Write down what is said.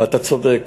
ואתה צודק,